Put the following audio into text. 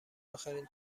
اخرین